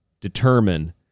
Determine